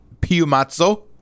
Piumazzo